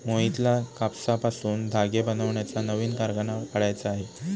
मोहितला कापसापासून धागे बनवण्याचा नवीन कारखाना काढायचा आहे